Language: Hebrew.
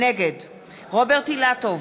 נגד רוברט אילטוב,